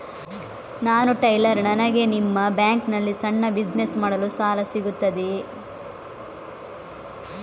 ನಾನು ಟೈಲರ್, ನನಗೆ ನಿಮ್ಮ ಬ್ಯಾಂಕ್ ನಲ್ಲಿ ಸಣ್ಣ ಬಿಸಿನೆಸ್ ಮಾಡಲು ಸಾಲ ಸಿಗುತ್ತದೆಯೇ?